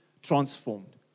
transformed